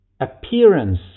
appearance